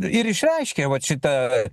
ir išreiškė vat šitą